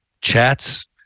chats